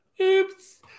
Oops